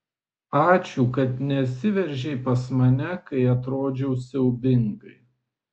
ačiū kad nesiveržei pas mane kai atrodžiau siaubingai